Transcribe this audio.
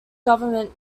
government